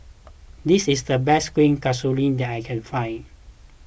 this is the best Kueh Kasturi that I can find